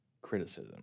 criticism